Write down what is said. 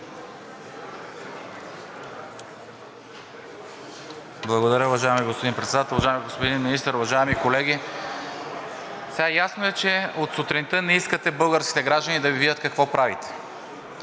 Благодаря. Уважаеми господин Председател, уважаеми господин Министър, уважаеми колеги! Ясно е, че от сутринта не искате българските граждани да Ви видят какво правите!